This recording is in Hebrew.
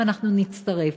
ואנחנו נצטרף.